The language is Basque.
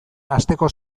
asteko